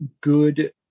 good